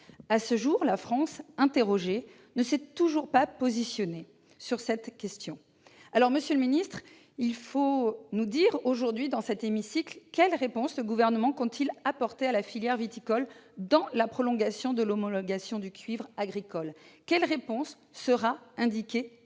À ce jour, la France, interrogée, ne s'est toujours pas positionnée sur cette question. Aussi, monsieur le ministre, il faut nous dire aujourd'hui, dans cet hémicycle, quelle réponse le Gouvernement compte apporter à la filière viticole dans la prolongation de l'homologation du cuivre agricole. Quelle réponse sera indiquée à